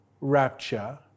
rapture